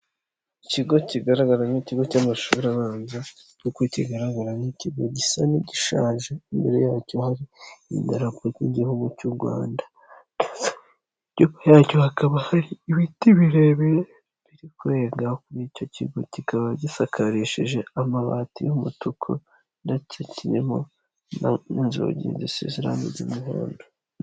Ikigo kigaragara nk'ikigo cy'amashuri abanza ariko kigaragara nk'ikigo gisa n'igishaje imbere yacyo hari idarapo ry'igihugu cy'u Rwanda. Ndetse imbere yacyo hakaba hari ibiti birebire biri kurenga kuri icyo kigo kikaba gisakarishije amabati y'umutuku nacyo kirimo n'inzugi zisize irange ry'umuhondo.